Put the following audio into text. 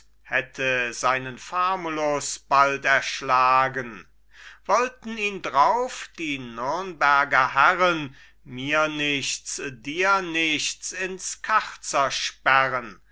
hätte seinen famulus bald erschlagen wollten ihn drauf die nürnberger herren mir nichts dir nichts ins karzer sperren